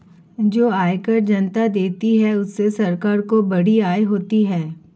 जो आयकर जनता देती है उससे सरकार को बड़ी आय होती है